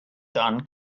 dann